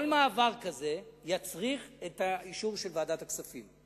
כל מעבר כזה יצריך את האישור של ועדת הכספים.